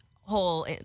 whole